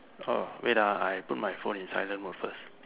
ah wait ah I put my phone in silent mode first